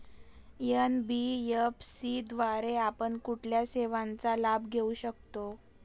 NBFC द्वारे आपण कुठल्या सेवांचा लाभ घेऊ शकतो?